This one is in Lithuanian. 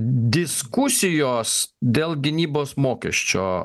diskusijos dėl gynybos mokesčio